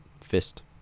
fist